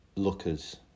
Lookers